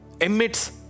emits